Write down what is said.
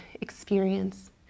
experience